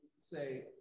say